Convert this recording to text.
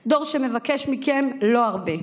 דור שמבקש מכם לא הרבה,